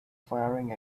firing